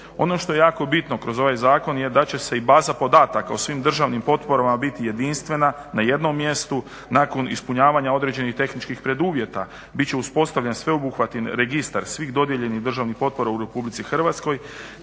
Ono što je jako bitno kroz ovaj zakon je da će se i baza podataka o svim državnim potporama biti jedinstvena, na jednom mjestu, nakon ispunjavanja određenih tehničkih preduvjeta bit će uspostavljen sveobuhvatni registar svih dodijeljenih državnih potpora u Republici Hrvatskoj.